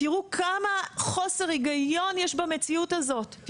תראו כמה חוסר היגיון יש במציאות הזאת,